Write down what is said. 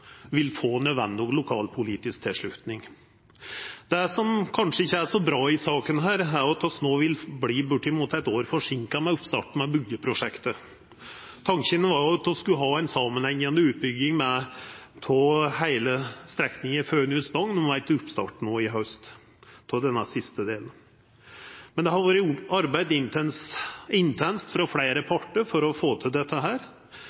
vil få nødvendig lokalpolitisk tilslutning. Det som kanskje ikkje er så bra i denne saka, er at vi no vil verta bortimot eit år forseinka med oppstarten av byggjeprosjektet. Tanken var at vi skulle ha ei samanhengande utbygging av heile strekninga Fønhus–Bagn med oppstart no i haust av denne siste delen. Det har vore arbeidd intenst frå fleire partar for å få dette